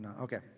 Okay